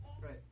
Right